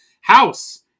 House